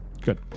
Good